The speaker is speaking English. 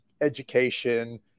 education